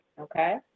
Okay